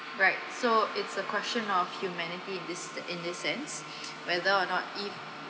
right so it's a question of humanity in this the this sense whether or not if